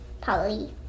Polly